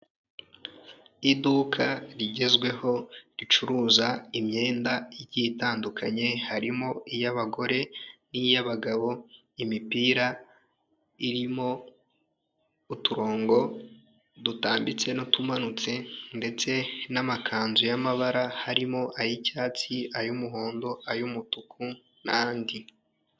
Iduka rigezweho ricuruza imyenda igiye itandukanye harimo iy'abagore n'iy'abagabo imipira irimo uturongo dutambitse n'utumanutse ndetse n'amakanzu y'amabara harimo ay'icyatsi ay'umuhondo ay'umutuku n'andi.